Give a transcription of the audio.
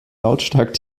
lautstark